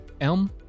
Elm